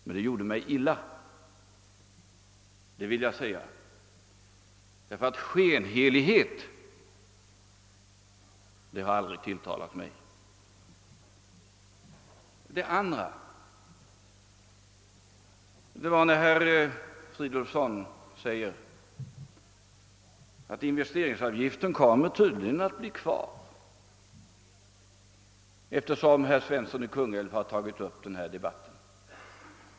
Men det berörde mig ändå illa, det vill jag säga, ty skenhelighet har aldrig tilltalat mig. Vidare sade herr Fridolfsson att investeringsavgiften tydligen kommer att finnas kvar, eftersom herr Svensson i Kungälv har tagit upp denna debatt.